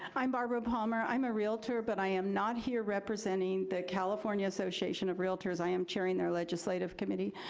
i'm barbara palmer, i'm a realtor, but i am not here representing the california association of realtors. i am chairing their legislative committee.